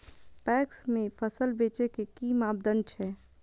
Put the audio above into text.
PACS में फसल बेचे के कि मापदंड छै?